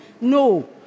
No